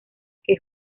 que